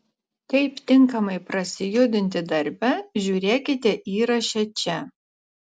kaip tinkamai prasijudinti darbe žiūrėkite įraše čia